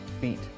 feet